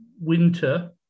winter